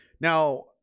now